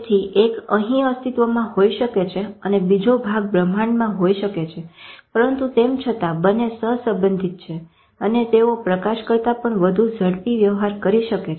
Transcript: તેથી એક અહી અસ્તિત્વમાં હોઈ શકે છે અને બીજો ભાગ બ્રહ્માંડમાં હોઈ શકે છે પરંતુ તેમ છતાં બંને સહસંબંધીત છે અને તેઓ પ્રકાશ કરતા પણ વધુ ઝડપી વ્યવહાર કરી શકે છે